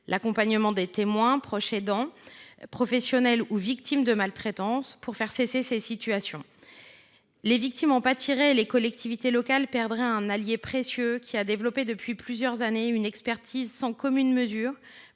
l’accompagnement des témoins, proches aidants, professionnels ou victimes de maltraitance pour faire cesser ces situations. Les victimes en pâtiraient et les collectivités locales perdraient un allié précieux ayant développé, depuis plusieurs années, une expertise sans commune mesure